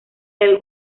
del